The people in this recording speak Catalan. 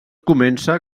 comença